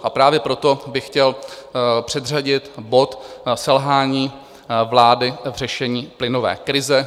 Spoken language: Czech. A právě proto bych chtěl předřadit bod Selhání vlády v řešení plynové krize.